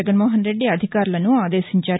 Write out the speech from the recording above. జగన్మోహన్ రెడ్డి అధికారులను అదేశించారు